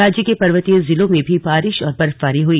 राज्य के पर्वतीय जिलों में भी बारिश और बर्फबारी हुई